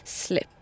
Slip